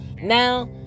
Now